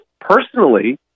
personally